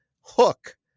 Hook